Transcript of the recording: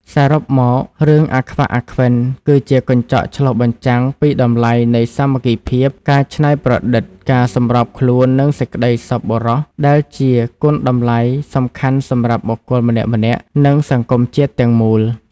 សរុបមក រឿង «អាខ្វាក់ អាខ្វិន» គឺជាកញ្ចក់ឆ្លុះបញ្ចាំងពីតម្លៃនៃ សាមគ្គីភាព ការច្នៃប្រឌិត ការសម្របខ្លួន និងសេចក្តីសប្បុរស ដែលជាគុណតម្លៃសំខាន់សម្រាប់បុគ្គលម្នាក់ៗ និងសង្គមជាតិទាំងមូល។